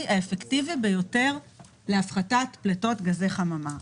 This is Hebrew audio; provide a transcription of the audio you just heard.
האפקטיבי ביותר להפחתת פליטות גזי חממה,